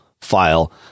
file